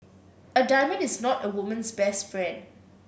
a diamond is not a woman's best friend